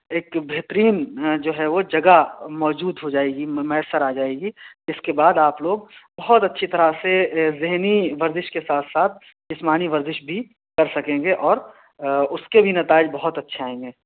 ایک بہترین جو ہے وہ جگہ موجود ہو جائے گی میسر آ جائے گی اس کے بعد آپ لوگ بہت اچھی طرح سے ذہنی ورزش کے ساتھ ساتھ جسمانی ورزش بھی کر سکیں گے اور اس کے بھی نتائج بہت اچھے آیئں گے